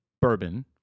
bourbon